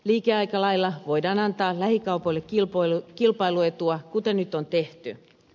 liikeaikalailla voidaan antaa lähikaupoille kilpailuetua kuten nyt on tehty